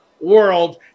world